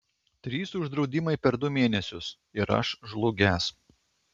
trys uždraudimai per du mėnesius ir aš žlugęs